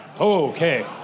Okay